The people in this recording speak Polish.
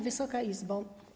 Wysoka Izbo!